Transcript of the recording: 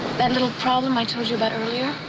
that little problem i told you about earlier,